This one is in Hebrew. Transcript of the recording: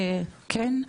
כן?